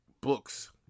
books